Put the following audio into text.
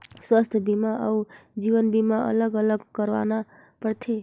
स्वास्थ बीमा अउ जीवन बीमा अलग अलग करवाना पड़थे?